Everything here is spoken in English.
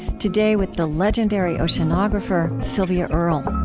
today, with the legendary oceanographer, sylvia earle